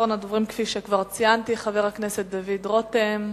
אחרון הדוברים הוא חבר הכנסת דוד רותם.